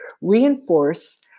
reinforce